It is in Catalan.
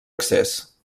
accés